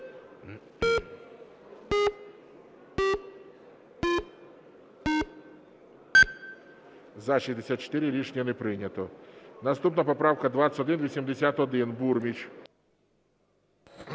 За-64 Рішення не прийнято. Наступна поправка 2181. Бурміч.